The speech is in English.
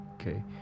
okay